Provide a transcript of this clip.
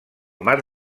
mar